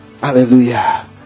Hallelujah